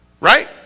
Right